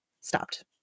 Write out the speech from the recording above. stopped